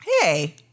hey